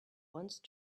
once